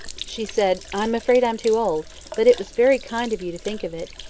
she said, i'm afraid i'm too old but it was very kind of you to think of it.